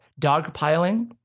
dogpiling